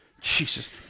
Jesus